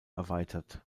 erweitert